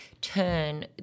turn